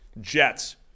Jets